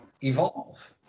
evolve